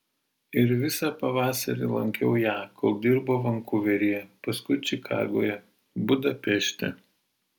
ir visą pavasarį lankiau ją kol dirbo vankuveryje paskui čikagoje budapešte